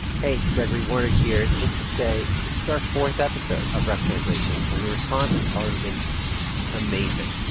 hey, gregory warner here, just to say, this is our fourth episode of rough translation, and your response has already been just amazing.